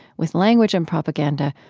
with language and propaganda.